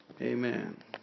Amen